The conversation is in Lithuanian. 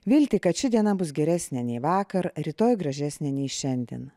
viltį kad ši diena bus geresnė nei vakar rytoj gražesnė nei šiandien